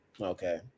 Okay